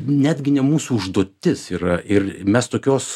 netgi ne mūsų užduotis yra ir mes tokios